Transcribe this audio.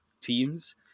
teams